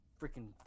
freaking